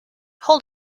hold